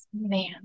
man